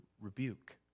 rebuke